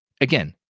Again